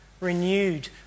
renewed